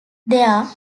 there